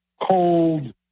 cold